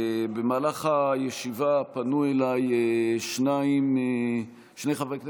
במהלך הישיבה פנו אליי שני חברי כנסת,